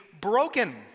broken